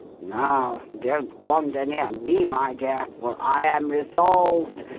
now, don't wander near me, my dear, for i am resolved,